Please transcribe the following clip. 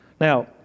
Now